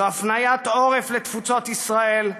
זו הפניית עורף לתפוצות ישראל,